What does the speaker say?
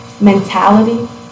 mentality